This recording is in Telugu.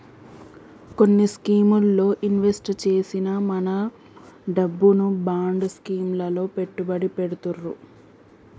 కొన్ని స్కీముల్లో ఇన్వెస్ట్ చేసిన మన డబ్బును బాండ్ స్కీం లలో పెట్టుబడి పెడతుర్రు